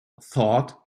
thought